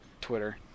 Twitter